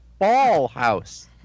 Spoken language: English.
Ballhouse